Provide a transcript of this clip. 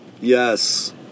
Yes